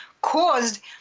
caused